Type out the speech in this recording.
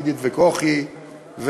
עידית וכוכי,